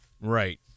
Right